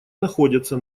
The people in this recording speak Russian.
находятся